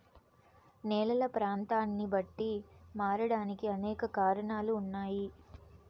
నేలలు ప్రాంతాన్ని బట్టి మారడానికి అనేక కారణాలు ఉన్నాయి